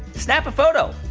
snap a photo.